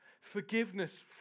Forgiveness